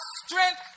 strength